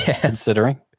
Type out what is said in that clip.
considering